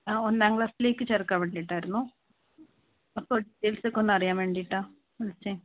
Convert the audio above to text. ആ ഒന്നാം ക്ലാസ്സിലേക്ക് ചേർക്കാൻ വേണ്ടിയിട്ടായിരുന്നു അപ്പം ഡീറ്റെയിൽസ് ഒക്കെ അറിയാൻ വേണ്ടിയിട്ടാണ് വിളിച്ചേ